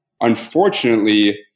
unfortunately